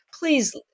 please